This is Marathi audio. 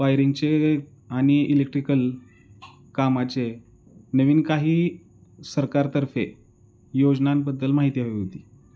वायरिंगचे आणि इलेक्ट्रिकल कामाचे नवीन काही सरकारतर्फे योजनांबद्दल माहिती हवी होती